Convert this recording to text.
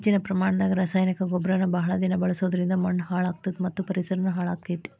ಹೆಚ್ಚಿನ ಪ್ರಮಾಣದಾಗ ರಾಸಾಯನಿಕ ಗೊಬ್ಬರನ ಬಹಳ ದಿನ ಬಳಸೋದರಿಂದ ಮಣ್ಣೂ ಹಾಳ್ ಆಗ್ತದ ಮತ್ತ ಪರಿಸರನು ಹಾಳ್ ಆಗ್ತೇತಿ